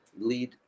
Lead